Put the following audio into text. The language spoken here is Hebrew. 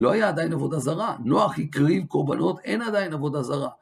לא היה עדיין עבודה זרה, נוח הקריב קורבנות, אין עדיין עבודה זרה.